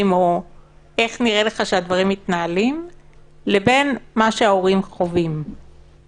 או איך נראה לך שהדברים מתנהלים ובין מה שההורים חווים.